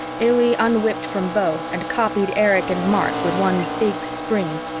illy un-whipped from beau and copied erich and mark with one big spring.